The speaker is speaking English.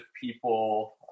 people